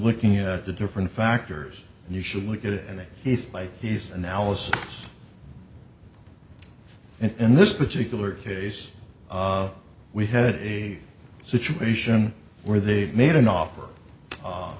looking at the different factors and you should look at it and he's like he's analysis that's and in this particular case we had a situation where they've made an offer